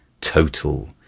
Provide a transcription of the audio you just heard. total